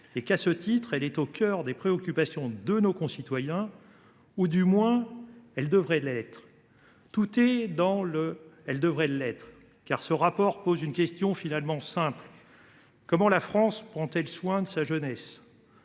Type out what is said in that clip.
[et qu’] à ce titre elle est au cœur des préoccupations de nos concitoyens, ou du moins elle devrait l’être ». Tout est dans ces derniers mots :« ou du moins elle devrait l’être ». Ce rapport pose une question finalement simple : comment la France prend elle soin de sa jeunesse ?